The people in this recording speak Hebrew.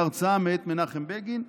בהרצאה מאת מנחם בגין.